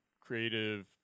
creative